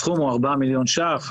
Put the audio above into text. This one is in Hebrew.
הסכום הוא 4 מיליון ש"ח.